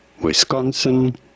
Wisconsin